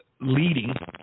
leading